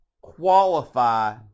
qualify